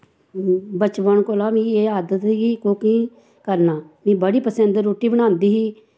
बचपन कोला मिगी एह् आदत ऐ कि क्योंकि करना मैं बड़ी पसिंद रुट्टी बनांदी ही